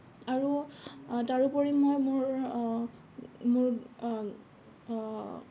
আৰু তাৰোপৰি মই মোৰ মোৰ